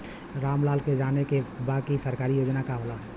राम लाल के जाने के बा की सरकारी योजना का होला?